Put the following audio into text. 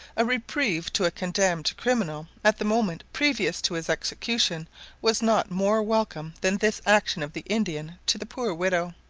a reprieve to a condemned criminal at the moment previous to his execution was not more welcome than this action of the indian to the poor widow.